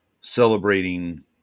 celebrating